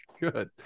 Good